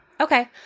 Okay